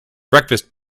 breakfast